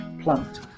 plant